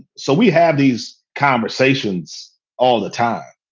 so we had these conversations all the time.